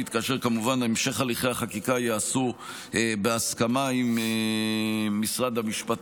וכמובן בהמשך הליכי החקיקה ייעשו בהסכמה עם משרד המשפטים.